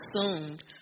consumed